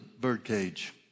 birdcage